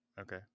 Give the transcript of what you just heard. Okay